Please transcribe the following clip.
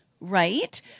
right